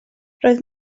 roedd